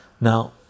now